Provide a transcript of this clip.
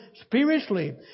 spiritually